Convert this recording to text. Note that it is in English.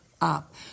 up